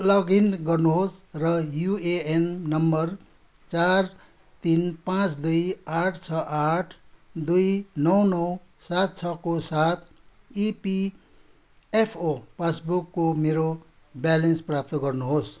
login गर्नुहोस् र UAN number चार तिन पाँच दुई आठ छ आठ दुई नौ नौ सात छको साथ इपिएफओ पासबुकको मेरो ब्यालेन्स प्राप्त गर्नुहोस्